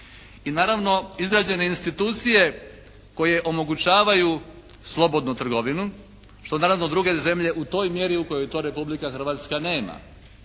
i naravno izgrađene institucije koje omogućavaju slobodnu trgovinu što naravno druge zemlje u toj mjeri u kojoj to Republika Hrvatska nema.